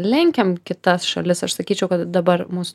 lenkiam kitas šalis aš sakyčiau kad dabar mūsų